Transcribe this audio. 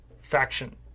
faction